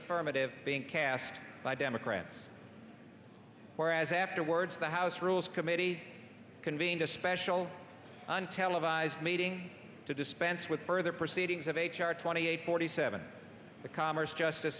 affirmative being cast by democrats whereas afterwards the house rules committee convened a special untelevised meeting to dispense with further proceedings of h r twenty eight forty seven the commerce justice